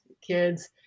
kids